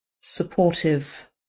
supportive